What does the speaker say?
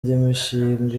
imishinga